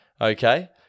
Okay